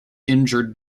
injured